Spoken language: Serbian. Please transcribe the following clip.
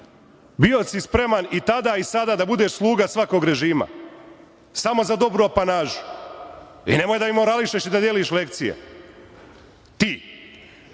Bio si spreman i tada i sada da budeš sluga svakog režima, samo za dobru apanažu i nemoj da mi morališeš i da mi deliš lekcije. Ti?